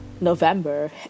november